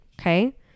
okay